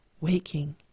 waking